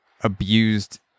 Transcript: abused